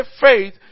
faith